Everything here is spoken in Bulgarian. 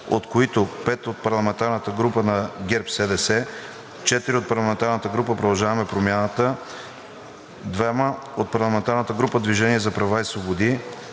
от които: 5 от парламентарната група на ГЕРБ-СДС, 4 от парламентарната група „Продължаваме Промяната“, 2 от парламентарната група „Движение за права и свободи“,